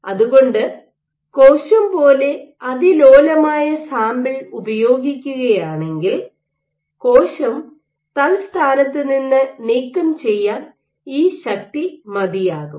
അതു കൊണ്ട് കോശം പോലെ അതിലോലമായ സാമ്പിൾ ഉപയോഗിക്കുകയാണെങ്കിൽ കോശം തൽസ്ഥാനത്തുനിന്ന് നീക്കം ചെയ്യാൻ ഈ ശക്തി മതിയാകും